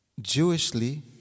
Jewishly